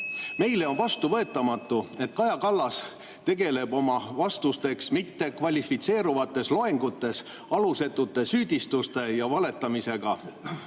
Meile on vastuvõetamatu, et Kaja Kallas tegeleb oma vastusteks mittekvalifitseeruvates loengutes alusetute süüdistuste ja valetamisega.